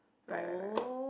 right right right right